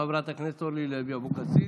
חברת הכנסת אורלי לוי אבקסיס,